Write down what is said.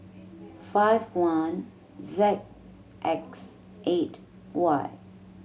five one Z X eight Y